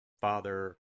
Father